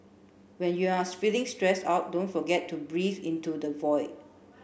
when you are feeling stress out don't forget to breathe into the void